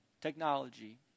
technology